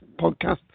podcast